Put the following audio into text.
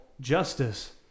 justice